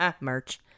Merch